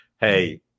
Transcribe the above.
Hey